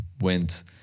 went